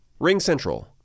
RingCentral